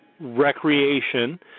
recreation